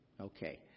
Okay